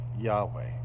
Yahweh